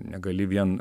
negali vien